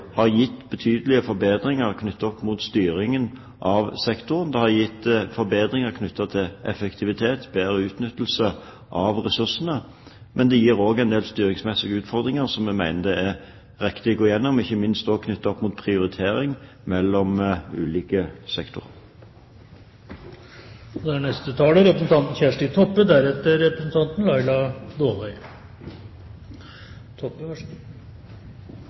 har gitt betydelige forbedringer når det gjelder styringen av sektoren. Det har gitt forbedringer knyttet til effektivitet, bedre utnyttelse av ressursene, men det gir også en del styringsmessige utfordringer, som jeg mener det er riktig å gå igjennom, ikke minst hva gjelder prioritering mellom ulike sektorer. Å sikra økonomistyring og